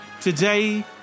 Today